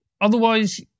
Otherwise